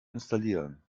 installieren